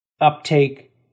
uptake